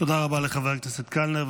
תודה רבה לחבר הכנסת קלנר.